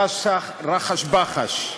רחש-בחש.